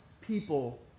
people